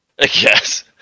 Yes